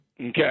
Okay